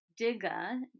DIGA